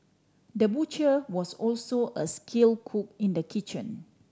the butcher was also a skill cook in the kitchen